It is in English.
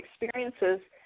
experiences